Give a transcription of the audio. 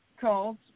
calls